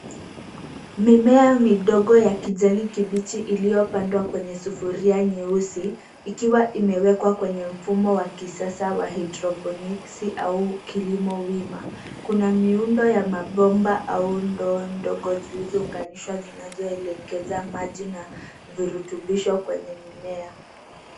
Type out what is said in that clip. Mimea midogo ya kijani kibichi iliyopandwa kwenye sufuria nyeusi, ikiwa imewekwa kwenye mfumo wa kisasa wa hydrophonics au kilimo wima. Kuna miundo ya mabomba au ndoo ndogo zilizounganishwa zinazoelekeza maji na virutubisho kwenye mimea.